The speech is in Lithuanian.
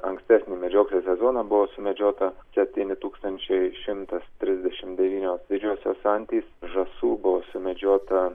ankstesnį medžioklės sezoną buvo sumedžiota septyni tūkstančiai šimtas trisdešimt devynios didžiosios antys žąsų buvo sumedžiota